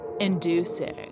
inducing